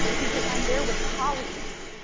because i'm there with colleagues.